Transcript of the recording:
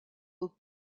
aux